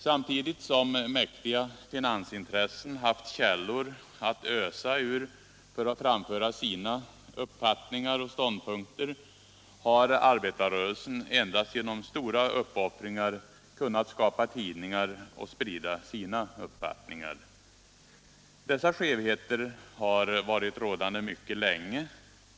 Samtidigt som mäktiga finansintressen haft källor att ösa ur för att framföra sina uppfattningar och ståndpunkter har arbetarrörelsen endast genom stora uppoffringar kunnat skapa tidningar och sprida sina uppfattningar. Dessa skevheter har varit rådande mycket länge.